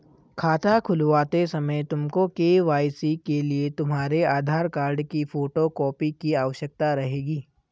खाता खुलवाते समय तुमको के.वाई.सी के लिए तुम्हारे आधार कार्ड की फोटो कॉपी की आवश्यकता रहेगी